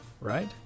right